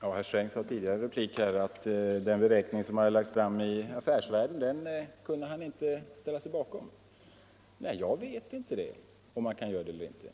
Herr talman! Herr Sträng sade i en tidigare replik att han inte kunde ställa sig bakom den beräkning som lagts fram i Affärsvärlden. Ja, jag vet inte om man kan göra det eller inte,